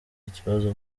ikibazo